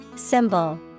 Symbol